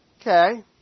Okay